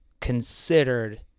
considered